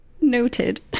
Noted